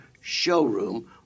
Showroom